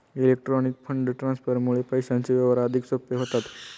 electronic fund ट्रान्सफरमुळे पैशांचे व्यवहार अधिक सोपे होतात